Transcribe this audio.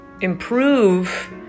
improve